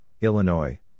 Illinois